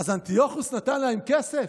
אז אנטיוכוס נתן להם כסף?